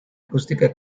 acústica